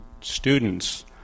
students